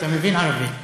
אתה מבין ערבית.